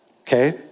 Okay